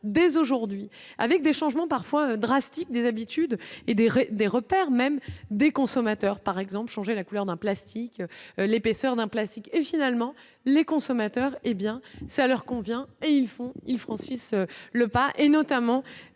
dès aujourd'hui avec des changements parfois drastiques des habitudes et des rues, des repères même des consommateurs par exemple changer la couleur d'un plastique l'épaisseur d'un plastique et finalement les consommateurs et bien ça leur convient et ils font ils franchissent le pas et notamment